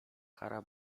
kara